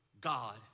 God